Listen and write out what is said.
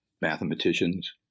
mathematicians